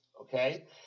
Okay